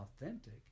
authentic